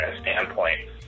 standpoint